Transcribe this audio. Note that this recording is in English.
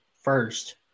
first